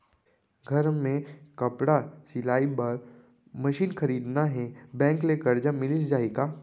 घर मे कपड़ा सिलाई बार मशीन खरीदना हे बैंक ले करजा मिलिस जाही का?